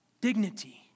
dignity